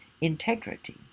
integrity